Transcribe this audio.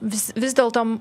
vis vis dėlto